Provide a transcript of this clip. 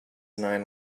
nine